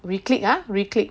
we click ah we click